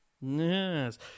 Yes